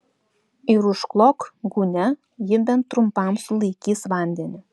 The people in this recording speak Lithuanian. ir užklok gūnia ji bent trumpam sulaikys vandenį